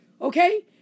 okay